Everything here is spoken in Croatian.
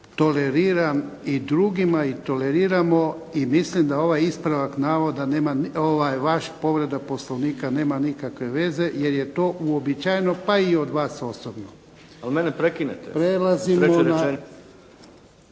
Toleriram i drugima. I toleriramo i mislimo da ovaj ispravak navoda nema, ovaj vaš povreda Poslovnika nema nikakve veze jer je to uobičajeno pa i od vas osobno. … /Upadica: Ali mene prekinete./ … Prelazimo …